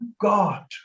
God